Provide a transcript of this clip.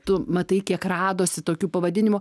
tu matai kiek radosi tokių pavadinimų